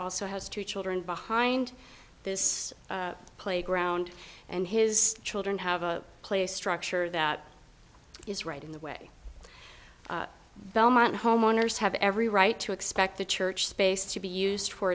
also has two children behind this playground and his children have a play structure that is right in the way belmont homeowners have every right to expect the church space to be used for